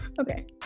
Okay